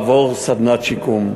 לעבור סדנת שיקום.